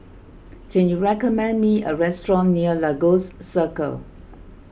can you recommend me a restaurant near Lagos Circle